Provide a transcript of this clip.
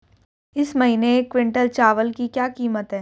इस महीने एक क्विंटल चावल की क्या कीमत है?